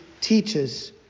teaches